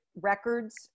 records